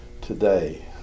today